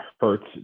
hurts